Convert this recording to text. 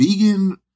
vegan